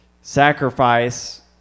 sacrifice